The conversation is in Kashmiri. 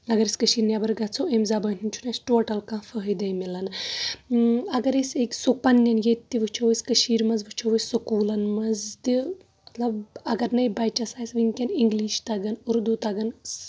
اگر أسۍ کٔشیٖرِ نیٚبر گژھو أمہِ زبأنۍ ہُنٛد چھنہٕ اَسہِ ٹوٹل کانٛہہ فأیِدے مِلان اگر أسۍ أکۍ پنٕنٮ۪ن ییٚتہِ تہِ وٕچھو أسۍ کشیٖرِ منٛز وٕچھَو سکوٗلن منٛز تہِ مطلب اگر نٕے بچس آسہِ وُنۍکٮ۪ن اِنگلِش تگان اُردوٗ تگان